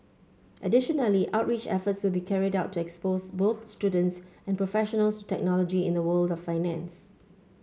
additionally outreach efforts will be carried out to expose both students and professionals to technology in the world of finance